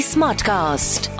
Smartcast